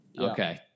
Okay